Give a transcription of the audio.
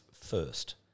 first